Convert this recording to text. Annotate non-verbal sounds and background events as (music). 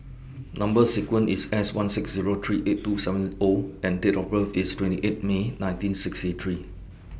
Number sequence IS S one six Zero three eight two seven (unintelligible) O and Date of birth IS twenty eight May nineteen sixty three